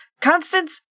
Constance